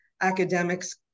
academics